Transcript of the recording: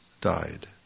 died